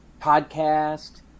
podcast